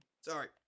Sorry